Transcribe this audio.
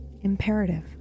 imperative